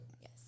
Yes